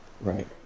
Right